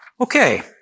Okay